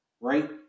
right